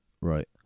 right